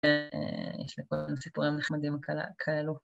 ‫יש לי פה סיפורים נחמדים כאלו.